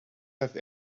have